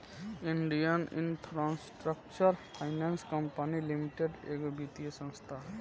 Indian infrastructure finance company limited एगो वित्तीय संस्था ह